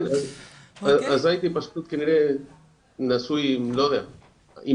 כן, אז פשוט כנראה הייתי נשוי עם עצמי.